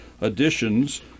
additions